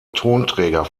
tonträger